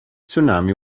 tsunami